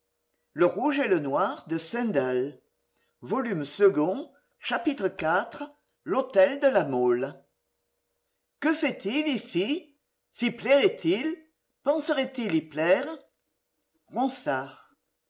chapitre iv l'hôtel de la mole que fait-il ici s'y plairait-il penserait il y plaire